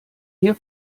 hier